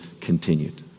continued